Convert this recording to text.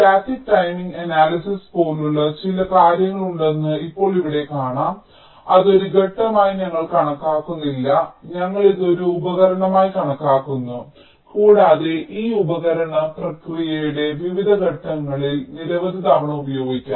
static timing analysis പോലുള്ള ചില കാര്യങ്ങളുണ്ടെന്ന് ഇപ്പോൾ ഇവിടെ കാണാം അത് ഒരു ഘട്ടമായി ഞങ്ങൾ കണക്കാക്കുന്നില്ല ഞങ്ങൾ ഇത് ഒരു ഉപകരണമായി കണക്കാക്കുന്നു കൂടാതെ ഈ ഉപകരണം പ്രക്രിയയുടെ വിവിധ ഘട്ടങ്ങളിൽ നിരവധി തവണ ഉപയോഗിക്കാം